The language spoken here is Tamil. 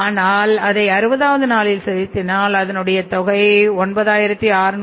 ஆனால் அதை 60வது நாளில் செலுத்தினால் அதனுடைய தொகை 967 2